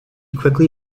quickly